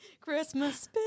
Christmas